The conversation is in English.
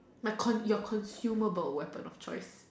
my con your consumable weapon of choice